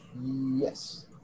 Yes